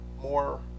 more